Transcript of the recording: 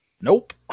Nope